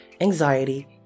anxiety